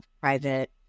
private